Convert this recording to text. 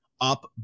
up